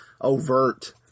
overt